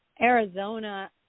Arizona